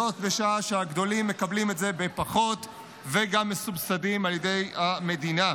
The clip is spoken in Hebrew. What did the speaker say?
זאת בשעה שהגדולים מקבלים את זה בפחות וגם מסובסדים על ידי המדינה.